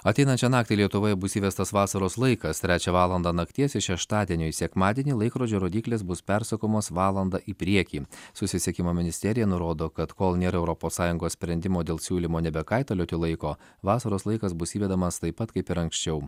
ateinančią naktį lietuvoje bus įvestas vasaros laikas trečią valandą nakties iš šeštadienio į sekmadienį laikrodžio rodyklės bus persukamos valandą į priekį susisiekimo ministerija nurodo kad kol nėra europos sąjungos sprendimo dėl siūlymo nebekaitalioti laiko vasaros laikas bus įvedamas taip pat kaip ir anksčiau